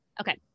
okay